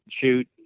shoot